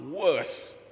worse